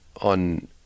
on